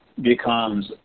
becomes